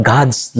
God's